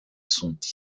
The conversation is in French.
sont